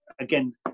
again